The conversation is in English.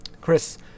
Chris